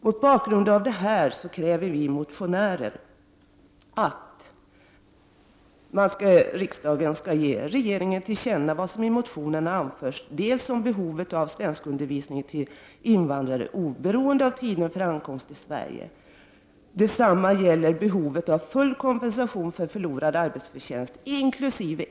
Mot bakgrund av detta kräver vi motionärer för det första att riksdagen skall ge regeringen till känna vad i motionen anförts om behovet av svenskundervisning till invandrare, oberoende av tiden för ankomst till Sverige. Detsamma gäller för det andra behovet av full kompensation för förlorad arbetsförtjänst, inkl.